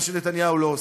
מה שנתניהו לא עושה.